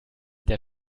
der